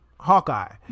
Hawkeye